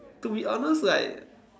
to be honest like